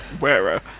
wearer